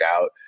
out